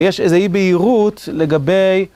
יש איזו אי בהירות לגבי...